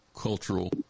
cultural